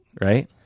right